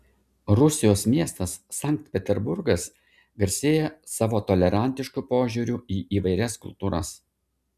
rusijos miestas sankt peterburgas garsėja savo tolerantišku požiūriu į įvairias kultūras